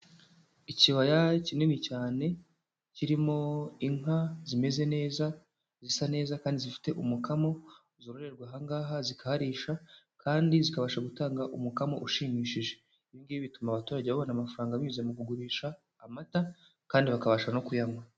Ikibaya kinini cyane kirimo inka zimeze neza zisa neza kandi zifite umukamo zororerwa aha ngaha zikaharisha kandi zikabasha gutanga umukamo ushimishije, ibi ngibi bituma abaturage babona amafaranga binyuze mu kugurisha amata kandi bakabasha no kuyanywa.